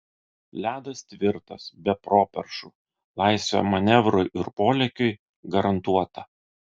ledas tvirtas be properšų laisvė manevrui ir polėkiui garantuota